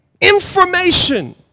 information